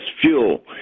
fuel